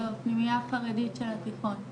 טליה: לא, פנימייה חרדית של התיכון.